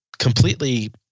completely